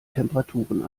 temperaturen